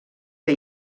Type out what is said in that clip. que